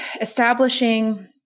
establishing